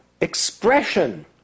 expression